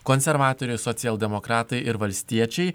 konservatoriai socialdemokratai ir valstiečiai